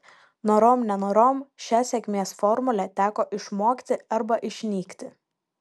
norom nenorom šią sėkmės formulę teko išmokti arba išnykti